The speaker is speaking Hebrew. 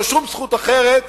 ולא שום זכות אחרת,